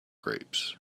grapes